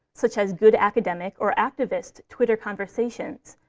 such as good academic or activist twitter conversations,